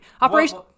Operation